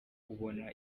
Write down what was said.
ubona